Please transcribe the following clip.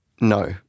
No